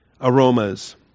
aromas